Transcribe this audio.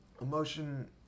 emotion